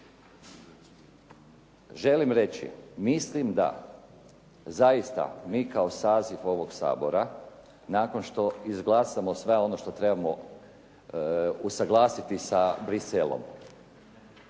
Želim reći, mislim da zaista mi kao saziv ovog Sabora nakon što izglasamo sve ono što trebamo usuglasiti sa Bruxelles-om,